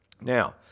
Now